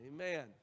Amen